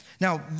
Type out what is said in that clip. Now